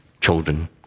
children